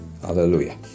Hallelujah